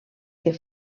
que